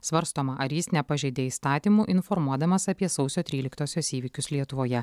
svarstoma ar jis nepažeidė įstatymų informuodamas apie sausio tryliktosios įvykius lietuvoje